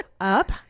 up